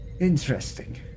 Interesting